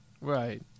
Right